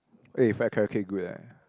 eh fried carrot cake good eh